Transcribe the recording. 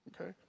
Okay